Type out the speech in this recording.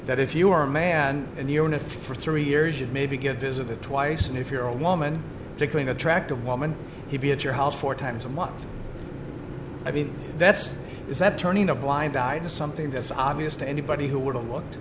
that if you are a man in the arena for three years it may be give isn't it twice and if you're a woman to clean attractive woman he'd be at your house four times a month i mean that's is that turning a blind eye to something that's obvious to anybody who would have looked